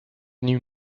knew